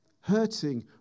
hurting